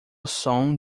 som